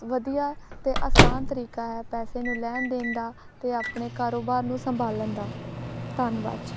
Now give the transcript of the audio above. ਵਧੀਆ ਅਤੇ ਆਸਾਨ ਤਰੀਕਾ ਹੈ ਪੈਸੇ ਨੂੰ ਲੈਣ ਦੇਣ ਦਾ ਅਤੇ ਆਪਣੇ ਕਾਰੋਬਾਰ ਨੂੰ ਸੰਭਾਲਣ ਦਾ ਧੰਨਵਾਦ ਜੀ